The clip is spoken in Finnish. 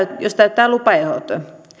jos täyttää lupaehdot